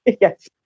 Yes